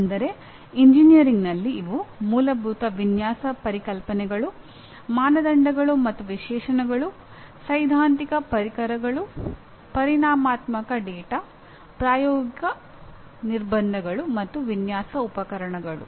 ಅಂದರೆ ಎಂಜಿನಿಯರಿಂಗ್ನಲ್ಲಿ ಇವು ಮೂಲಭೂತ ವಿನ್ಯಾಸ ಪರಿಕಲ್ಪನೆಗಳು ಮಾನದಂಡಗಳು ಮತ್ತು ವಿಶೇಷಣಗಳು ಸೈದ್ಧಾಂತಿಕ ಪರಿಕರಗಳು ಪರಿಮಾಣಾತ್ಮಕ ಡೇಟಾ ಪ್ರಾಯೋಗಿಕ ನಿರ್ಬಂಧಗಳು ಮತ್ತು ವಿನ್ಯಾಸ ಉಪಕರಣಗಳು